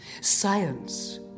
Science